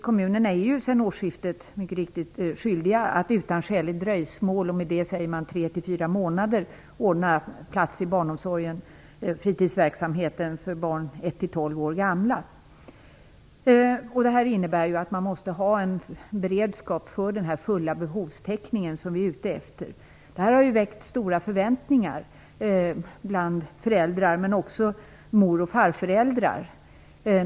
Kommunerna är sedan årsskiftet mycket riktigt skyldiga att utan skäligt dröjsmål, och med det menas tre till fyra månader, ordna plats i barnomsorgen och fritidsverksamheten för barn som är 1 - 12 år gamla. Det här innebär att man måste ha en beredskap för den fulla behovstäckning som vi syftar till. Detta har väckt stora förväntningar bland föräldrar men också bland mor och farföräldrar.